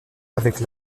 avec